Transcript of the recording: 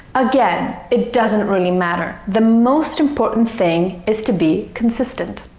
again, it doesn't really matter the most important thing is to be consistent.